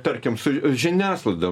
tarkim su žiniasklaida